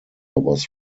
was